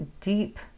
deep